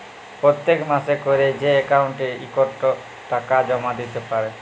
পত্তেক মাসে ক্যরে যে অক্কাউল্টে ইকট টাকা জমা দ্যিতে পারে